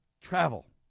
travel